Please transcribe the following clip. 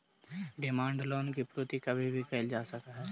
demand loan के पूर्ति कभी भी कैल जा सकऽ हई